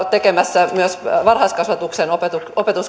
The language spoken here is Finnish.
tekemässä myös varhaiskasvatuksen opetuksen